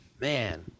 man